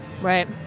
Right